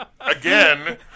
Again